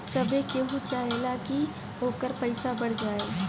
सभे केहू चाहेला की ओकर पईसा बढ़त जाए